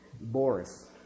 Boris